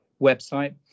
website